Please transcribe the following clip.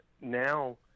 now